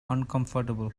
uncomfortable